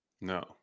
no